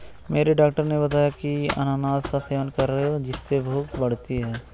मेरे डॉक्टर ने बताया की अनानास का सेवन करो जिससे भूख बढ़ती है